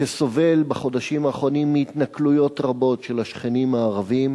שסובל בחודשים האחרונים מהתנכלויות רבות של השכנים הערבים,